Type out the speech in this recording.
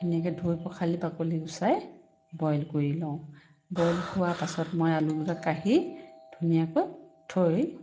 ধুনীয়াকৈ ধুই পখালি বাকলি গুচাই বইল কৰি লওঁ বইল হোৱাৰ পাছত মই আলু দুটা কাঢ়ি ধুনীয়াকৈ থৈ